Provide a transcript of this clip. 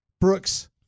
Brooks